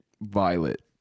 Violet